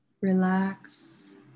Relax